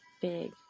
big